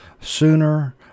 sooner